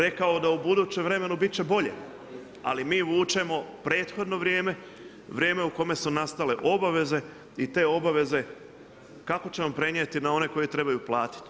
Rekao je da u budućem vremenu biti će bolje, ali mi vučemo prethodno vrijeme, vrijeme u kojem su nastale obaveze i te obaveze kako ćemo prenijeti na one koji trebaju platit?